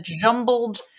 jumbled